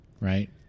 right